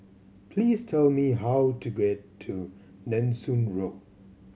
please tell me how to get to Nanson Road